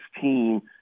team